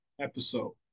episode